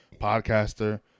Podcaster